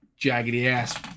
jaggedy-ass